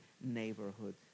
neighborhood